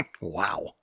Wow